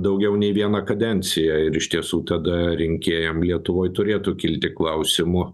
daugiau nei vieną kadenciją ir iš tiesų tada rinkėjam lietuvoj turėtų kilti klausimų